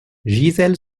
gisèle